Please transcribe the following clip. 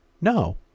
No